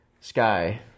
sky